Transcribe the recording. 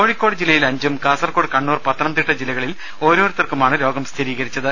കോഴിക്കോട് ജില്ലയിൽ അഞ്ചും കാസർകോട് കണ്ണൂർ പത്തനംതിട്ട ജില്ലകളിൽ ഓരോരുത്തർക്കുമാണ് രോഗം സ്ഥിരീകരിച്ചത്